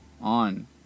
on